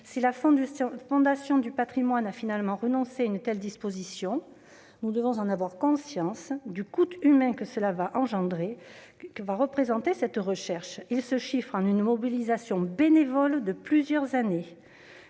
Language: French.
Si la Fondation du patrimoine a finalement renoncé à une telle disposition, nous devons avoir conscience du coût humain que représente cette recherche : elle requiert une mobilisation bénévole de plusieurs années.